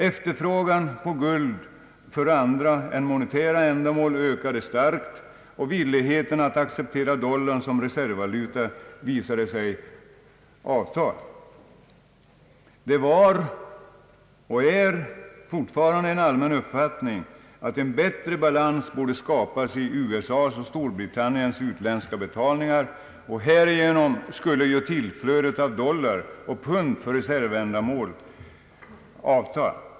Efterfrågan på guld för andra än monetära ändamål ökade starkt, och villigheten att acceptera dollarn som reservvaluta visade sig avta. Det var och är fortfarande en allmän uppfattning att en bättre balans borde skapas i USA:s och Storbritanniens utländska betalningar. Härigenom skulle tillflödet av dollar och pund för reservändamål avta.